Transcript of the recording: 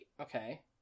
okay